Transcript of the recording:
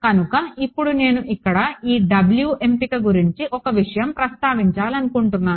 కనుక ఇప్పుడు నేను ఇక్కడ ఈ W ఎంపిక గురించి ఒక విషయం ప్రస్తావించాలనుకుంటున్నాను